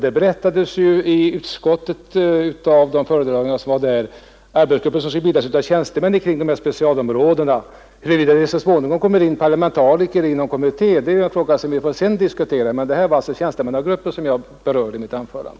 Det berättades ju i utskottet av de föredragande att det skulle bildas arbetsgrupper av tjänstemän för dessa specialområden. Huruvida det så småningom kommer in parlamentariker i någon kommitté är en fråga som vi sedan får diskutera. Men det var alltså tjänstemannagrupper som jag berörde i mitt anförande.